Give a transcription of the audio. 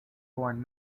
born